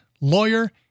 lawyer